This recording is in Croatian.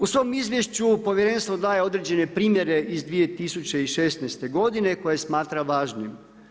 U svom izvješću povjerenstvo daje određene primjere iz 2016. godine koje smatra važnim.